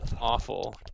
awful